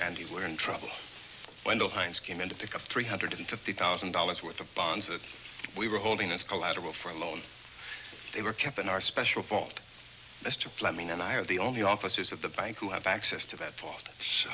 and you were in trouble when the heinz came in to pick up three hundred fifty thousand dollars worth of bonds that we were holding as collateral for a loan they were kept in our special fault mr fleming and i are the only officers of the bank who have access to that